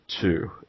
two